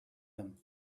them